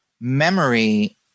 memory